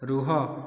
ରୁହ